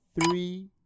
three